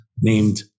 named